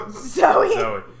Zoe